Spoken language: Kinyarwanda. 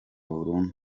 burundu